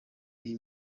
iyi